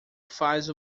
faz